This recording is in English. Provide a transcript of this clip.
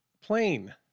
plane